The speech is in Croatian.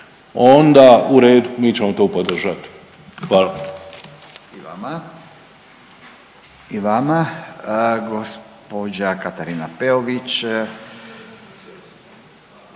onda u redu, mi ćemo to podržat. Hvala.